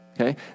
okay